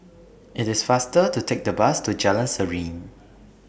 IT IS faster to Take The Bus to Jalan Serene